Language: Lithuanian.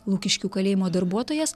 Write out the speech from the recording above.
lukiškių kalėjimo darbuotojas